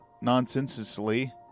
nonsensically